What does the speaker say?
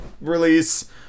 release